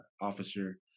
officer